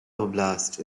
oblast